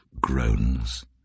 groans